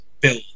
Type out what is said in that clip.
Bill